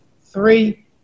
three